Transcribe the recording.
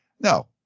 no